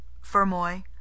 Fermoy